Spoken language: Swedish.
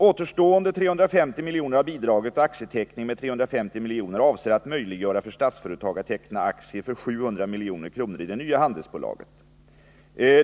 ”Återstående 350 milj.kr. av bidraget och aktieteckningen med 350 milj.kr. avser att möjliggöra för Statsföretag att teckna aktier för 700 milj.kr. i det nya handelsstålbolaget.